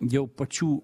jau pačių